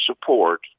support